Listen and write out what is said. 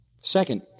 Second